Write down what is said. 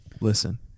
listen